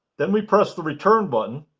then we press the return button